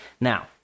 now